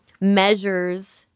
measures –